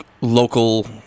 local